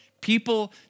People